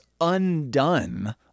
undone